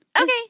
Okay